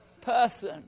person